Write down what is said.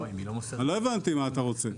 --- לא הבנתי מה אתה רוצה?